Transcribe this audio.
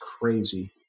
crazy